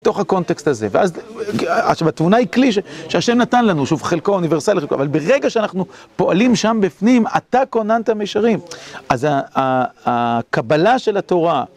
בתוך הקונטקסט הזה, ואז והתמונה היא כלי, שהשם נתן לנו שוב חלקו אוניברסלי, אבל ברגע שאנחנו פועלים שם בפנים, אתה כוננת משרים. אז הקבלה של התורה